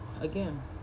again